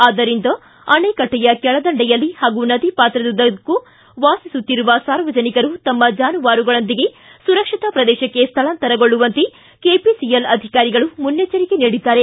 ಆದ್ದರಿಂದ ಅಣೆಕಟ್ಟೆಯ ಕೆಳದಂಡೆಯಲ್ಲಿ ಹಾಗೂ ನದಿಪಾತ್ರದುದ್ದಕ್ಕೂ ವಾಸಿಸುತ್ತಿರುವ ಸಾರ್ವಜನಿಕರು ತಮ್ಮ ಜಾನುವಾರುಗಳೊಂದಿಗೆ ಸುರಕ್ಷತಾ ಪ್ರದೇಶಕ್ಕೆ ಸ್ಥಳಾಂತರಗೊಳ್ಳುವಂತೆ ಕೆಪಿಸಿಎಲ್ ಅಧಿಕಾರಿಗಳು ಮುನ್ನೆಚ್ವರಿಕೆ ನೀಡಿದ್ದಾರೆ